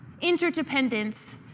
Interdependence